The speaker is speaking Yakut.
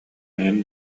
эҥин